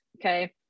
Okay